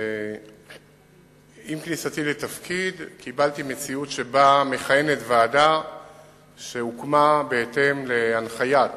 עם כניסתי לתפקיד קיבלתי מציאות שבה מכהנת ועדה שהוקמה בהתאם להנחיית